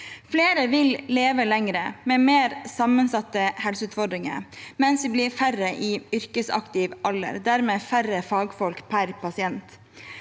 Flere vil leve lenger, med mer sammensatte helseutfordringer, mens vi blir færre i yrkesaktiv alder og dermed færre fagfolk per pasient.